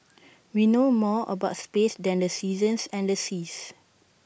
we know more about space than the seasons and the seas